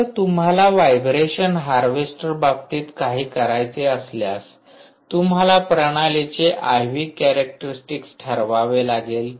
तर तुम्हाला vibration harvester बाबतीत काही करायचे असल्यास तुम्हाला प्रणालीचे IV कॅरेक्टरिस्टिकठरवावे लागेल